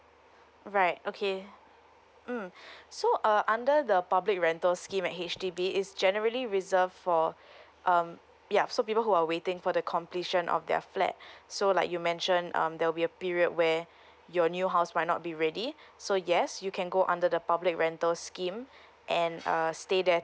right okay mm so uh under the public rental scheme at H_D_B it's generally reserved for um yup so people who are waiting for the completion of their flat so like you mention um there will be a period when your new house might not be ready so yes you can go under the public rental scheme and uh stay there